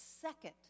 second